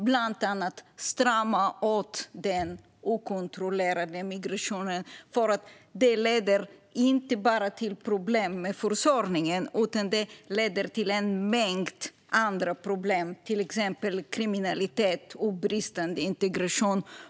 Bland annat måste man strama åt den okontrollerade migrationen. Den leder inte bara till problem med försörjningen utan också till en mängd andra problem, till exempel kriminalitet och bristande integration.